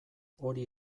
hori